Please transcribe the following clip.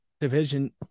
division